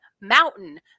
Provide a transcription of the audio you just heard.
Mountain